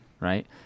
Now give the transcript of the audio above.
right